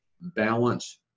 Balance